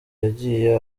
yagiye